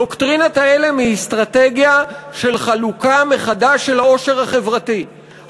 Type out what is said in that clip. דוקטרינת ההלם היא אסטרטגיה של חלוקה מחדש של העושר החברתי,